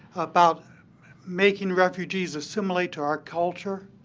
about making refugees assimilate to our culture.